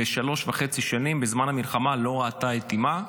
ושלוש שנים וחצי בזמן המלחמה לא ראתה את אימה,